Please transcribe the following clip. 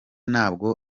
ntabwo